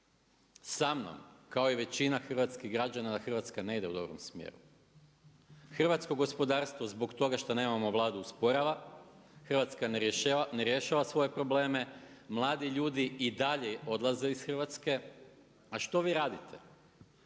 samnom kao i većina hrvatskih građana da Hrvatska ne ide u dobrom smjeru. Hrvatsko gospodarstvo zbog toga što nemamo Vladu usporava, Hrvatska ne rješava svoje probleme, mladi ljudi i dalje odlaze iz Hrvatske. A što vi radite?